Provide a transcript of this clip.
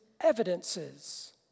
evidences